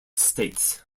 states